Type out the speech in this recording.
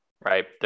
right